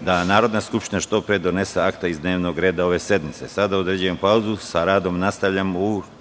da Narodna skupština što pre donese akta iz dnevnog reda ove sednice. Sada određujem pauzu. Sa radom nastavljamo u